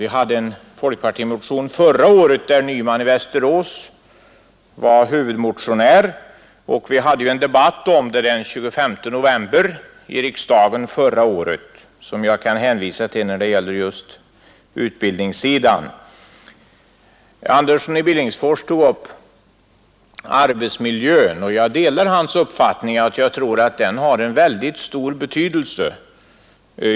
Det väcktes en folkpartimotion förra året — herr Nyman var huvudmotionär — och vi hade en debatt i riksdagen den 25 november 1970. Jag kan hänvisa till den debatten när det gäller just utbildningssidan. Herr Andersson i Billingsfors tog upp frågan om arbetsmiljön, och jag delar hans uppfattning att den har en mycket stor betydelse.